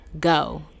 go